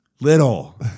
little